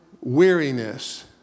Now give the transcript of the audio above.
weariness